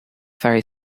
very